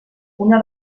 una